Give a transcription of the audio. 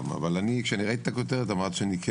אבל כשראיתי את הכותרת אמרתי שאני כן